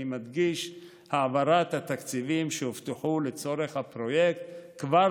אני מדגיש: העברת התקציבים שהובטחו לצורך הפרויקט כבר